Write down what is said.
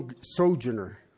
sojourner